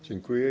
Dziękuję.